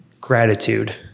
gratitude